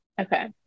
Okay